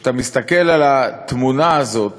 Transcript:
כשאתה מסתכל על התמונה הזאת